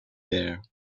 there